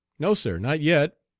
no, sir, not yet.